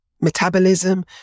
metabolism